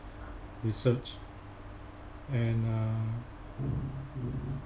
research and uh